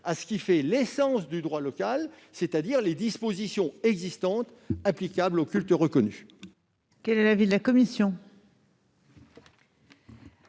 à ce qui fait l'essence du droit local, c'est-à-dire les dispositions existantes applicables aux cultes reconnus.